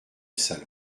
salon